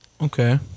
Okay